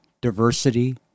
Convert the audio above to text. diversity